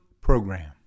PROGRAM